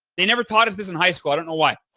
they never taught us this in high school. i don't know why.